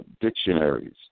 dictionaries